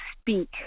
speak